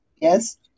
yes